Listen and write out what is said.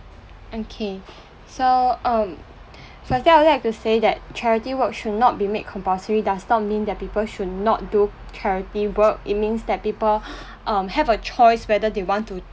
okay so um firstly I would like to say that charity work should not be made compulsory does not mean that people should not do charity work it means that people um have a choice whether they want to